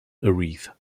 wreath